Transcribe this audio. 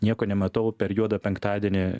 nieko nematau per juodą penktadienį